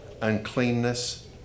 uncleanness